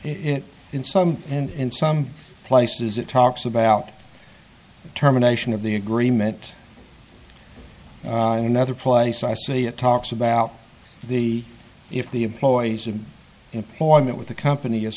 it in some and in some places it talks about the terminations of the agreement in another place i say it talks about the if the employees of employment with the company is